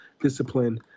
discipline